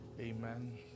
Amen